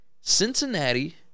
Cincinnati